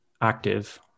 active